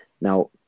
now